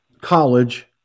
college